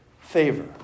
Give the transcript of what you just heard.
favor